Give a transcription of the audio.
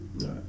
right